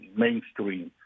mainstream